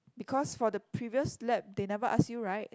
because for the previous lab they never ask you right